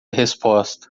resposta